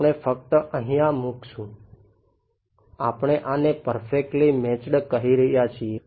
આપણે આને perfectly matched કહી રહ્યા છીએ